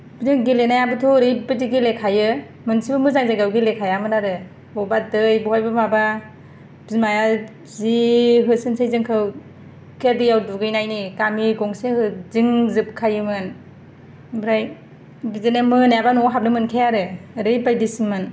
बिदिनो गेलेनायाबोथ' ओरैबायदि गेलेखायो मोनसेबो मोजां जायगायाव गेलेखायामोन आरो बबेबा दै बहायबा माबा बिमाया जि होसोनोसै जोंखौ एखे दैआव दुगैनायनि गामि गंसे होदिंजोबखायोमोन ओमफ्राय बिदिनो मोनाबा न'आव हाबनो मोनखाया आरो ओरैबायदिसोमोन